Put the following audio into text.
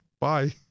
bye